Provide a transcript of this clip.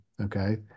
okay